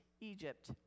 Egypt